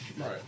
Right